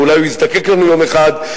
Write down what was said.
ואולי הוא יזדקק לנו יום אחד,